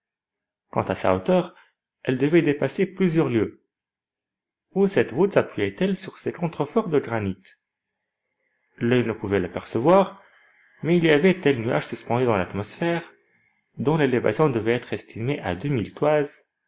à sa hauteur elle devait dépasser plusieurs lieues où cette voûte sappuyait elle sur ses contreforts de granit l'oeil ne pouvait l'apercevoir mais il y avait tel nuage suspendu dans l'atmosphère dont l'élévation devait être estimée à